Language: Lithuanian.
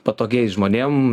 patogiais žmonėm